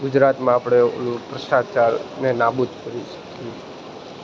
ગુજરાતમાં આપણે ઓલું ભ્રષ્ટાચારને નાબુદ કરી શકીએ